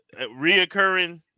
reoccurring